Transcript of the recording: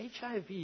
HIV